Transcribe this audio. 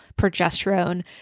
progesterone